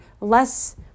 less